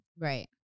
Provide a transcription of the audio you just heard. Right